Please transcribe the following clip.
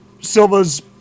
Silva's